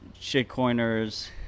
shitcoiners